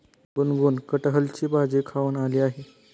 गुनगुन कठहलची भाजी खाऊन आली आहे